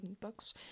books